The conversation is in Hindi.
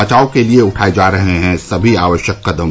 बचाव के लिए उठाए जा रहे हैं सभी आवश्यक कदम